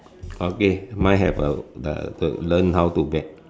okay mine have uh uh the learn how to bet